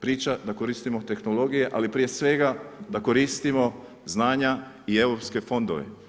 Priča da koristimo tehnologije ali prije svega da koristimo znanja i europske fondove.